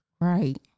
Right